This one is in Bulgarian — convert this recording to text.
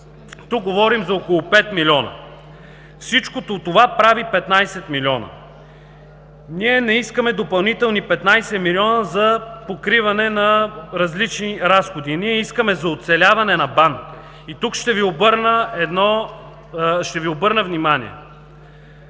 Тук говорим за около 5 млн. лв. Всичко това прави 15 млн. лв. Ние не искаме допълнителни 15 млн. лв. за покриване на различни разходи. Ние искаме за оцеляване на БАН. Тук ще Ви обърна внимание.